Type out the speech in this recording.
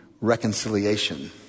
reconciliation